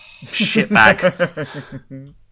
shitbag